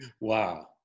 Wow